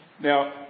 Now